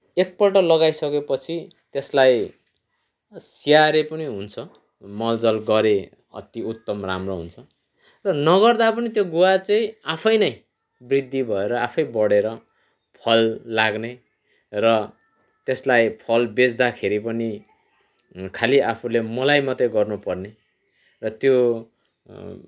एकपल्ट लगाइ सकेपछि त्यसलाई स्याहारे पनि हुन्छ मलजल गरे अत्ति उत्तम राम्रो हुन्छ र नगर्दा पनि त्यो गुवा चाहिँ आफै नै वृद्धि भएर आफै बढे्र फल लाग्ने र त्यसलाई फल बेच्दाखेरि पनि खालि आफूले मोलाई मात्रै गर्नु पर्ने र त्यो